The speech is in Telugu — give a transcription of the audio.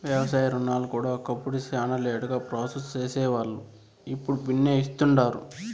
వ్యవసాయ రుణాలు కూడా ఒకప్పుడు శానా లేటుగా ప్రాసెస్ సేసేవాల్లు, ఇప్పుడు బిన్నే ఇస్తుండారు